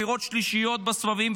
בחירות שלישיות בסבבים,